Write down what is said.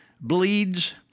bleeds